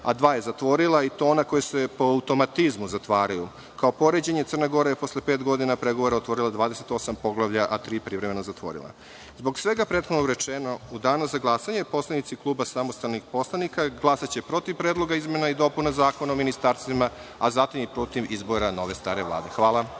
a dva je zatvorila, i to ona koja se po automatizmu zatvaraju. Kao poređenje, Crna Gora je posle pet godina pregovora otvorila 28 Poglavlja, a tri privremeno zatvorila. Zbog svega prethodno rečenog, u Danu za glasanje, poslanici Kluba samostalnih poslanika glasaće protiv Predloga izmena i dopuna Zakona o ministarstvima, a zatim i protiv izbora, nove stare, Vlade. Hvala.